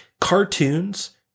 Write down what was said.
cartoons